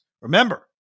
remember